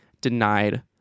denied